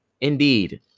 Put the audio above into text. Indeed